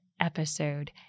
episode